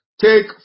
Take